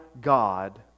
God